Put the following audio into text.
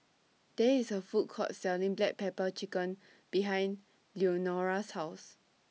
There IS A Food Court Selling Black Pepper Chicken behind Leonora's House